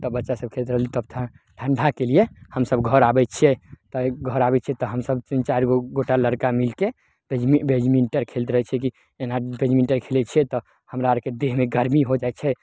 तऽ बच्चा सभ खेलैत रहली तब ठण्डाके लिये हमसभ घर आबय छियै घर आबय छियै तऽ हमसभ तीन चारि गो गोटा लड़िका मिलके बैजमी बैटमिन्टन खेलैत रहय छियै कि जेना बैडमिन्टन खेलय छियै तऽ हमरा आरके देहमे गरमी हो जाइ छै